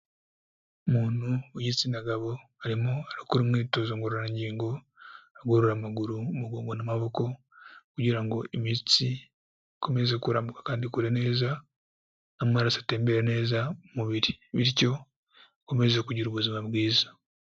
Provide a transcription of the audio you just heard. Umuntu w'igitsina gabo arimo arakora imwitozo ngororangingo, agorora amaguru umugongo n'amaboko, kugira ngo imitsi ikomeze kurambuka kandi ikure neza, n'amaraso atembera neza mu mubiri, bityo akomeze kugira ubuzima bwiza.